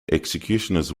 executioners